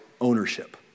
ownership